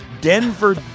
denver